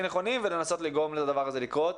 נכונים ולנסות לגרום לדבר הזה לקרות.